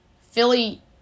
Philly